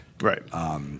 right